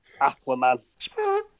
Aquaman